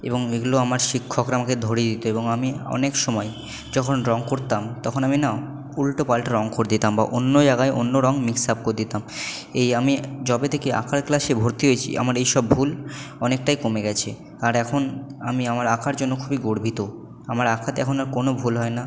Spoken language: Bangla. এবং এগুলো আমার শিক্ষকরা আমাকে ধরিয়ে দিত এবং আমি অনেক সময় যখন রঙ করতাম তখন আমি না উল্টো পাল্টা রঙ করে দিতাম বা অন্য জায়গায় অন্য রঙ মিক্স আপ করে দিতাম এই আমি যবে থেকে আঁকার ক্লাসে ভর্তি হয়েছি আমার এই সব ভুল অনেকটাই কমে গেছে আর এখন আমি আমার আঁকার জন্য খুবই গর্বিত আমার আঁকাতে এখন আর কোনো ভুল হয় না